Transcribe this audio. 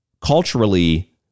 culturally